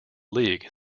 league